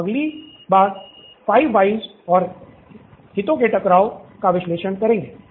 हम अगली बार फाइव व्हयस का विश्लेषण करेंगे